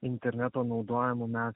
interneto naudojimo mes